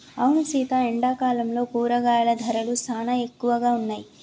అవును సీత ఎండాకాలంలో కూరగాయల ధరలు సానా ఎక్కువగా ఉన్నాయి